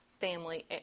family